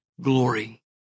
glory